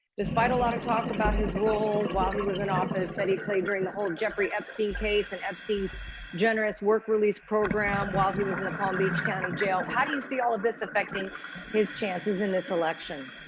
despite a lot of talk about his role while he was in office that he played during the whole jeffrey epstein case and epstein's generous work release program while he was in the palm beach county jail. how do you see all of this affecting his chances in this election?